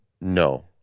No